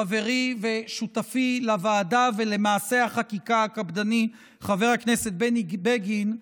חברי ושותפי לוועדה ולמעשה החקיקה הקפדני חבר הכנסת בני בגין,